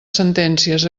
sentències